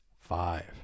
five